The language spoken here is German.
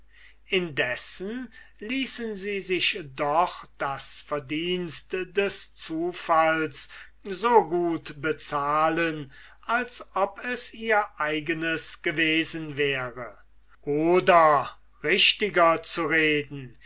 indessen ließen sie sich doch das verdienst des zufalls so gut bezahlen als ob es ihr eigenes gewesen wäre oder richtiger zu reden